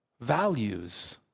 values